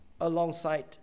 alongside